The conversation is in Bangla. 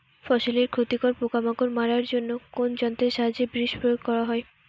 ফসলের ক্ষতিকর পোকামাকড় মারার জন্য কোন যন্ত্রের সাহায্যে বিষ প্রয়োগ করা হয়?